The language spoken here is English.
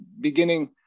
beginning